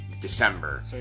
December